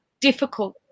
difficult